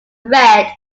red